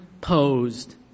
posed